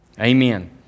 Amen